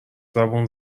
زبون